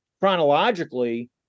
chronologically